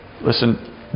listen